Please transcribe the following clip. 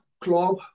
club